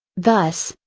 thus,